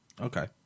Okay